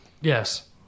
Yes